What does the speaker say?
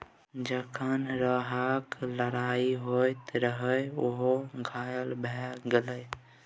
जखन सरहाक लड़ाइ होइत रहय ओ घायल भए गेलै